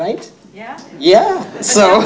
right yeah yeah so